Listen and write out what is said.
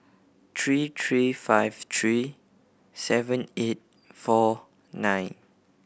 three three five three seven eight four nine